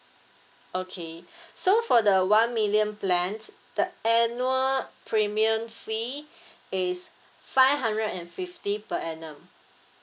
okay so for the one million plan the annual premium fee is five hundred and fifty per annum